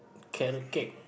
carrot cake